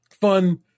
Fun